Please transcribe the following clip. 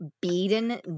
beaten